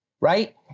Right